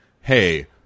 hey